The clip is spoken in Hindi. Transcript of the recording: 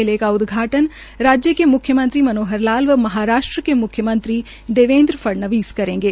मेले का उदघाटन राज्य के म्ख्य मंत्री मनोहर लाल व महाराष्ट्र के म्ख्य मंत्री देवेन्द्र फड़नवीस करेंगे